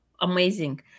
amazing